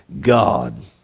God